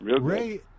Ray